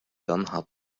bernhard